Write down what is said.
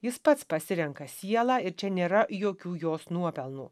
jis pats pasirenka sielą ir čia nėra jokių jos nuopelnų